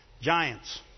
Giants